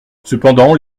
cependant